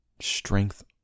strength